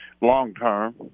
long-term